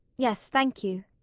yes. thank you.